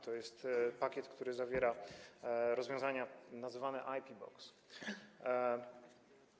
To jest pakiet, który zawiera rozwiązania nazywane IP Box.